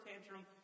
tantrum